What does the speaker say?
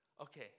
Okay